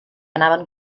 anaven